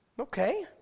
Okay